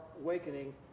awakening